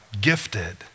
gifted